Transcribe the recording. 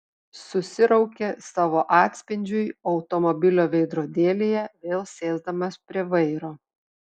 susiraukė savo atspindžiui automobilio veidrodėlyje vėl sėsdamas prie vairo